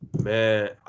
Man